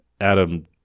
Adam